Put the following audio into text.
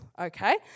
okay